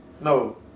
No